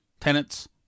Tenants